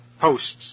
posts